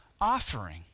offering